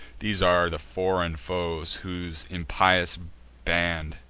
these are the foreign foes, whose impious band,